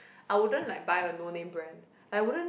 I wouldn't like buy a no name brand I wouldn't